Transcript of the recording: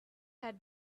had